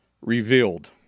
revealed